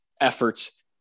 efforts